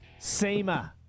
Seema